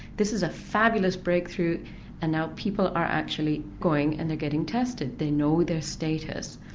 this is a fabulous breakthrough and now people are actually going and getting tested, they know their status.